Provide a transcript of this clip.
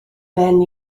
phen